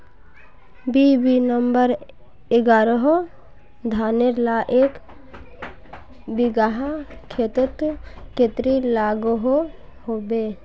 BB number एगारोह धानेर ला एक बिगहा खेतोत कतेरी लागोहो होबे?